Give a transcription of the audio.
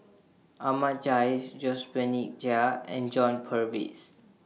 Ahmad Jais Josephine Chia and John Purvis